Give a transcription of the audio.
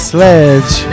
Sledge